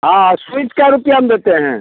हाँ स्विच कै रुपया में देते हैं